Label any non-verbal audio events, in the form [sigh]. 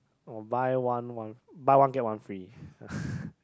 or buy one one buy one get one free [breath]